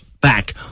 back